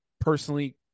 personally